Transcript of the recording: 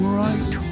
right